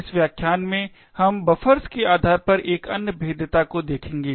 इस व्याख्यान में हम बफ़र्स के आधार पर एक अन्य भेद्यता को देखेंगे